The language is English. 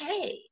okay